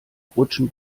rutschen